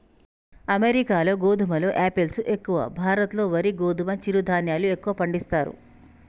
అమెరికాలో గోధుమలు ఆపిల్స్ ఎక్కువ, భారత్ లో వరి గోధుమ చిరు ధాన్యాలు ఎక్కువ పండిస్తారు